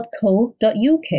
.co.uk